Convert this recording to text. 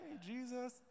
Jesus